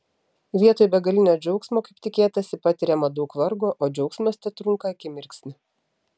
vietoj begalinio džiaugsmo kaip tikėtasi patiriama daug vargo o džiaugsmas tetrunka akimirksnį